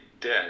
dead